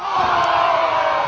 oh